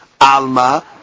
Alma